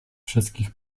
wszystkich